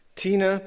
Tina